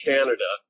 Canada